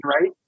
right